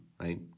right